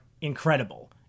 incredible